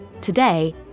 Today